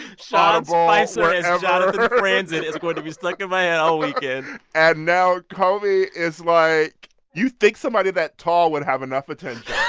sean spicer as jonathan franzen is going to be stuck in my head all weekend and now comey is like you'd think somebody that tall would have enough attention